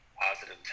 positive